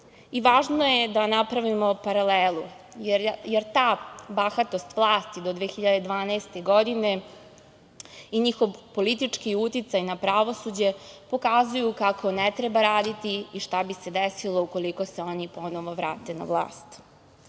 je da napravimo paralelu, jer ta bahatost vlasti do 2012. godine i njihov politički uticaj na pravosuđe pokazuju kako ne treba raditi i šta bi se desilo ukoliko se oni ponovo vrate na vlast. Samo